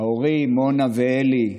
ההורים נונה ואלי,